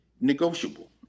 negotiable